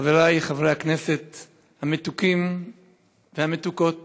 חברי חברי הכנסת המתוקים והמתוקות